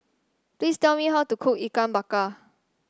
please tell me how to cook Ikan Bakar